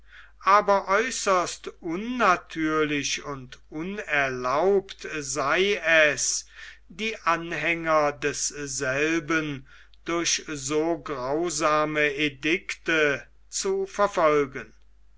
aber äußerst unnatürlich und unerlaubt sei es die anhänger desselben durch so grausame edikte zu verfolgen